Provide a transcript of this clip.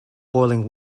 boiling